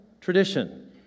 tradition